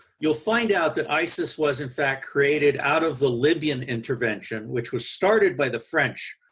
you'll find out that isis was in fact created out of the libyan intervention, which was started by the french,